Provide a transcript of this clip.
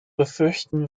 befürchten